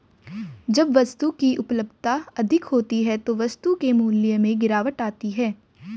जब वस्तु की उपलब्धता अधिक होती है तो वस्तु के मूल्य में गिरावट आती है